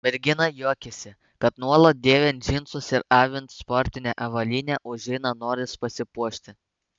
mergina juokiasi kad nuolat dėvint džinsus ir avint sportinę avalynę užeina noras pasipuošti